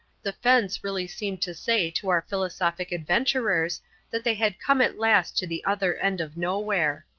the fence really seemed to say to our philosophic adventurers that they had come at last to the other end of nowhere.